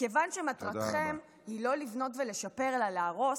כיוון שמטרתכם היא לא לבנות ולשפר אלא להרוס,